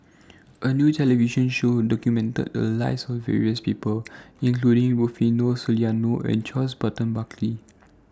A New television Show documented The Lives of various People including Rufino Soliano and Charles Burton Buckley